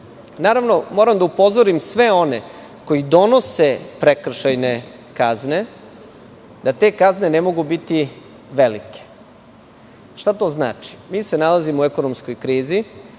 smanjiti. Naravno, moram da upozorim sve one koji donose prekršajne kazne, da te kazne ne mogu biti velike. Šta to znači? Mi se nalazimo u ekonomskoj krizi